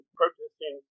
protesting